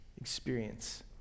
experience